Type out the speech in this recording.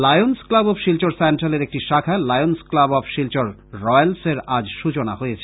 Lions Club of Silchar সেন্ট্রালের একটি শাখা Lions Club of Silchar Royals এর আজ সূচনা হয়েছে